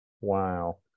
Wow